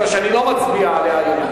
כי אני לא מצביע עליה היום,